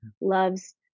loves